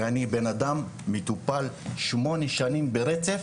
כי אני בנאדם מטופל שמונה שנים ברצף,